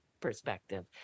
perspective